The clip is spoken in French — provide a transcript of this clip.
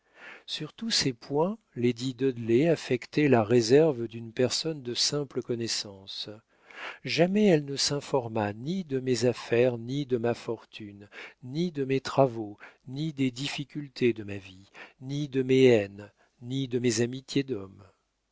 sur tous ces points lady dudley affectait la réserve d'une personne de simple connaissance jamais elle ne s'informa ni de mes affaires ni de ma fortune ni de mes travaux ni des difficultés de ma vie ni de mes haines ni de mes amitiés d'homme